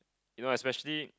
you know especially